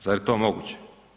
Zar je to moguće?